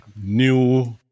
new